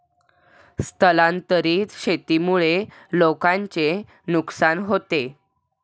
स्थलांतरित शेतीमुळे लोकांचे नुकसान होते